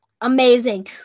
amazing